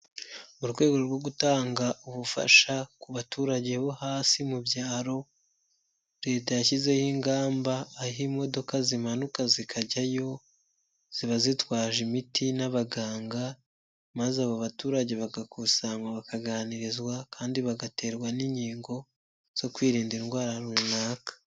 Mu rwego rwo gutanga ubufasha ku baturage bo hasi mu byaro leta yashyizeho ingamba aho imodoka zimanuka zikajyayo ziba zitwaje imiti n'abaganga maze abo baturage bagakusanywa bakaganirizwa kandi bagaterwa n'inkingo zo kwirinda indwara runaka.